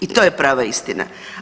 I to je prava istina.